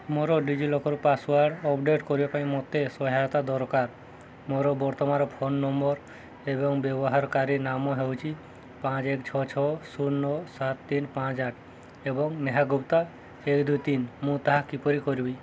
ମୋର DigiLocker password update କରିବା ପାଇଁ ମୋତେ ସହାୟତା ଦରକାର ମୋର ବର୍ତ୍ତମାନର ଫୋନ୍ ନମ୍ବର୍ ଏବଂ ବ୍ୟବହାରକାରୀ ନାମ ହେଉଛି ପାଞ୍ଚ ଏକ ଛଅ ଛଅ ଶୂନ ନଅ ସାତ ତିନ ପାଞ୍ଚ ଆଠ ଏବଂ ନେହା ଗୁପ୍ତା ଏକ ଦୁଇ ତିନ ମୁଁ ତାହା କିପରି କରିବି